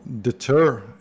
deter